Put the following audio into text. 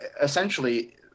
essentially